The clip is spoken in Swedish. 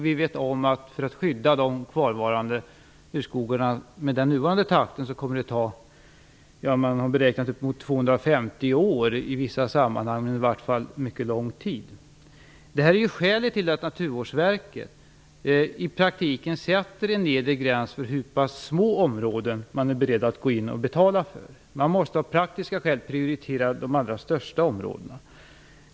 Vi vet att med den nuvarande takten kommer det i vissa sammanhang att ta upp emot 250 år för att dessa urskogar skall bli skyddade. Det kommer i alla fall att ta mycket lång tid. Detta är skälet till att Naturvårdsverket i praktiken sätter en nedre gräns för hur pass små områden man är beredd att gå in och betala för. Av praktiska skäl måste man prioritera de allra största områdena.